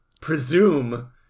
presume